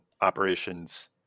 operations